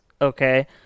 Okay